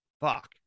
Fuck